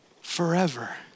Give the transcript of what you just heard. forever